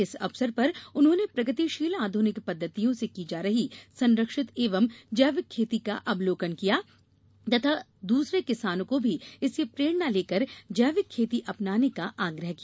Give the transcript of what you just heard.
इस अवसर पर उन्होंने प्रगतिशील आध्रनिक पद्धतियों से की जा रही संरक्षित एवं जैविक खेती का अवलोकन किया तथा दूसरे किसानों को भी इससे प्रेरणा लेकर जैविक खेती अपनाने का आग्रह किया